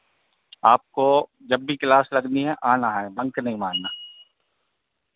आपको जब भी क्लास लगनी है आना है बंक नहीं मारना